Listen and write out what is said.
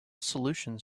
solutions